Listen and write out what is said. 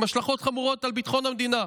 עם השלכות חמורות על ביטחון המדינה,